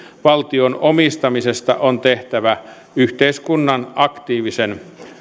valtion omistamisesta on tehtävä yhteiskunnan aktiivisen